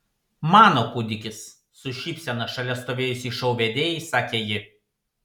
mano kūdikis su šypsena šalia stovėjusiai šou vedėjai sakė ji